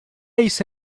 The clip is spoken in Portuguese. isso